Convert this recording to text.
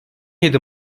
yedi